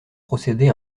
procédé